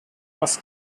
was